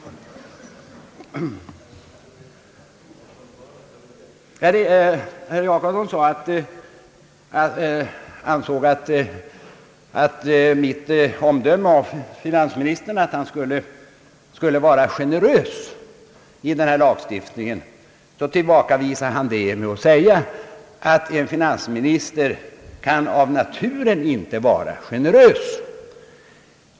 Herr Jacobsson ansåg att mitt omdöme om finansministern att han skulle vara generös i denna lagstiftning är oriktigt. Herr Jacobsson tillbakavisade det med att säga att en finansminister av naturen inte kan vara generös.